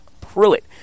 Pruitt